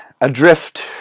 adrift